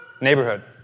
neighborhood